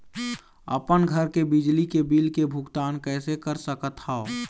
अपन घर के बिजली के बिल के भुगतान कैसे कर सकत हव?